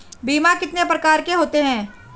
बीमा कितने प्रकार के होते हैं?